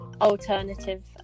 alternative